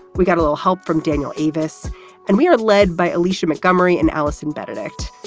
we got a little help from daniel avis and we are led by alicia montgomery and allison benedikt.